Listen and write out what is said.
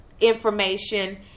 information